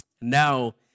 Now